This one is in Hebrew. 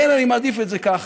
כן, אני מעדיף את זה ככה.